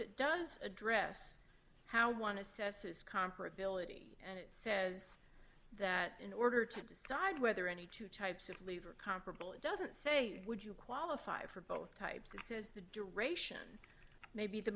it does address how one assesses comparability and it says that in order to decide whether any two types of leave are comparable it doesn't say would you qualify for both types the duration may be the